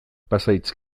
pasahitz